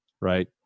Right